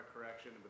Correction